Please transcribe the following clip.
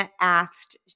asked